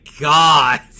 god